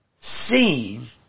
seen